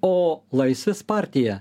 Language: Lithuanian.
o laisvės partija